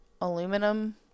aluminum